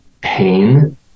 pain